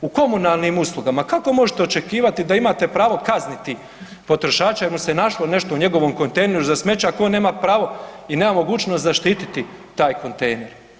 U komunalnim uslugama kako možete očekivati da imate pravo kazniti potrošače jer mu se našlo nešto u njegovom kontejneru za smeće ako on nema pravo i nema mogućnost zaštiti taj kontejner.